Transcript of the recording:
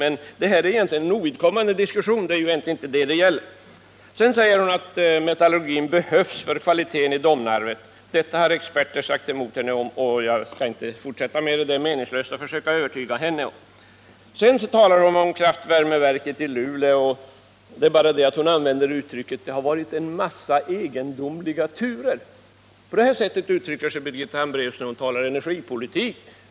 Men det här är egentligen en ovidkommande diskussion, för det är egentligen inte det som det gäller. Sedan säger Birgitta Hambraeus att metallurgin behövs i Domnarvet för kvalitetens skull. Detta har experter sagt emot henne om, så jag skall inte fortsätta med det. Det är meningslöst att försöka övertyga Birgitta Hambraeus. Därefter talar Birgitta Hambraeus om kraftvärmeverket i Luleå. Hon använder uttrycket: ”Det har varit en massa egendomliga turer.” På det sättet uttrycker sig Birgitta Hambraeus när hon talar energipolitik.